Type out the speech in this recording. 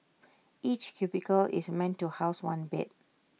each cubicle is meant to house one bed